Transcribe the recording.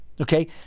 Okay